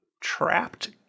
trapped